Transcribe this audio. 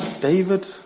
David